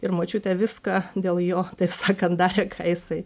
ir močiutė viską dėl jo taip sakant darė ką jisai